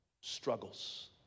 struggles